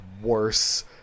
worse